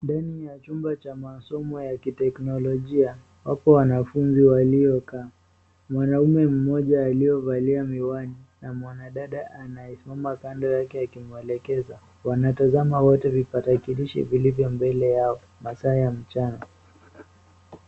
Mbele ya chumba cha masoma ya teknolojia, wako wanafunzi walio kaa, mwanaume mmoja aliyovalia miwani na mwana dada anaye soma kando yake akimweleza , wanatazama wote kipatakalishi ilivyo mbele yao, masaa ya mchana.